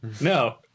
No